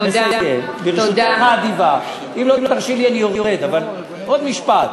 אם לא תרשי לי אני יורד, אבל רק עוד משפט.